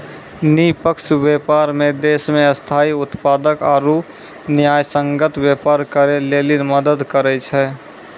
निष्पक्ष व्यापार मे देश मे स्थायी उत्पादक आरू न्यायसंगत व्यापार करै लेली मदद करै छै